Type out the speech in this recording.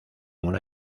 una